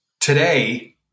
Today